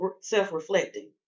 self-reflecting